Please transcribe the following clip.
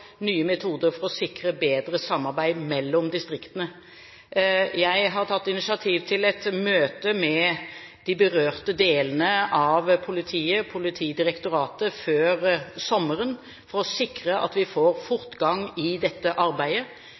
nye metoder for å sikre bedre samarbeid mellom distriktene. Jeg har tatt initiativ til et møte med de berørte delene av politiet, Politidirektoratet, før sommeren for å sikre at vi får fortgang i dette arbeidet.